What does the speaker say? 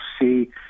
see